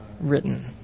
written